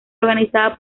organizada